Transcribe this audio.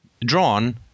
drawn